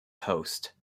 coast